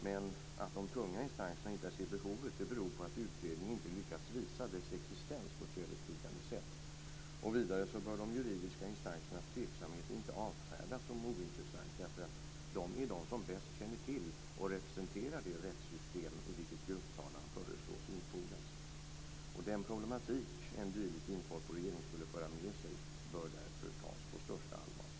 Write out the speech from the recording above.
Men att de tunga instanserna inte ser behovet beror på att utredningen inte lyckats visa dess existens på ett övertygande sätt. Vidare bör de juridiska instansernas tveksamhet inte avfärdas som ointressanta, därför att de är de som bäst känner till och representerar det rättssystem i vilket grupptalan föreslås infogas. Den problematik en dylik inkorporering skulle föra med sig bör därför tas på största allvar.